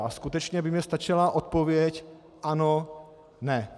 A skutečně by mně stačila odpověď ano, ne.